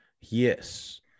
Yes